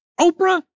Oprah